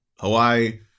Hawaii